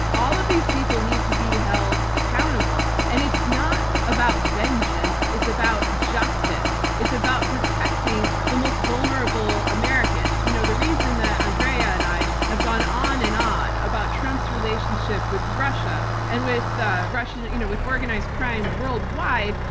all of these people need to be held accountable. and it's not about vengeance, it's about justice. it's about protecting the most vulnerable americans. you know the reason that andrea and i have gone on and on about trump's relationship with russia and with russians, you know with organized crime worldwide,